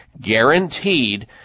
guaranteed